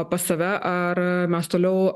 pas save ar mes toliau